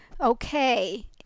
okay